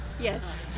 yes